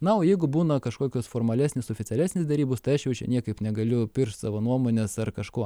na o jeigu būna kažkokios formalesnės oficialesnės derybos tai aš jau čia niekaip negaliu piršt savo nuomonės ar kažko